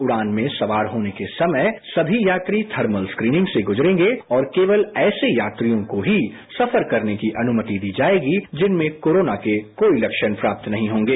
उड़ान में सवार होने के समय सभी यात्री थर्मल स्क्रीनिंग से गुजरेंगेऔर केवल ऐसे यात्रियों को ही सफर करने की अनुमति दी जाएगी जिनमें कोरोना के कोई लक्षण प्राप्त नहीं होंगे